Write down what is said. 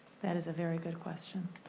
that is a very good question.